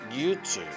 YouTube